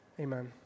Amen